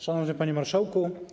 Szanowny Panie Marszałku!